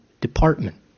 department